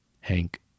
Hank